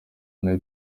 nawe